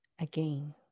again